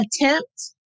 attempt